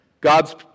God's